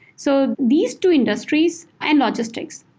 so these two industries and logistics.